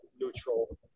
neutral